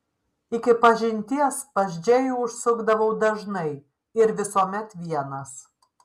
iki pažinties pas džėjų užsukdavau dažnai ir visuomet vienas